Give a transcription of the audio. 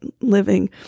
living